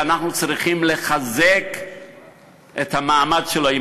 כשאנחנו צריכים לחזק את מעמד המורה אם